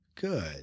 Good